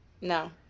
No